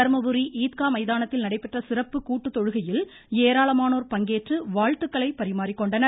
தர்மபுரி ஈத்கா மைதானத்தில் நடைபெற்ற சிறப்பு கூட்டு தொழுகையில் ஏராளமானோர் பங்கேற்று வாழ்த்துக்களை பரிமாறிக்கொண்டனர்